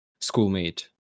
schoolmate